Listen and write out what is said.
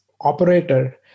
operator